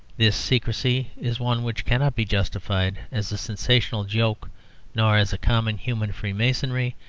this secrecy is one which cannot be justified as a sensational joke nor as a common human freemasonry,